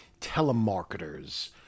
telemarketers